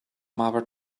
mother